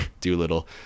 Doolittle